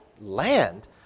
Land